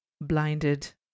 blinded